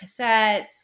cassettes